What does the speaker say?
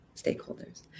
stakeholders